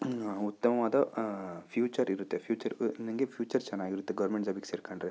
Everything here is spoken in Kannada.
ಉತ್ತಮವಾದ ಫ್ಯೂಚರ್ ಇರುತ್ತೆ ಫ್ಯೂಚರ್ ನಂಗೆ ಫ್ಯೂಚರ್ ಚೆನ್ನಾಗಿರುತ್ತೆ ಗೌರ್ಮೆಂಟ್ ಜಾಬಿಗೆ ಸೇರ್ಕೊಂಡ್ರೆ